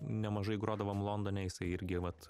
nemažai grodavom londone jisai irgi vat